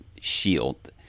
shield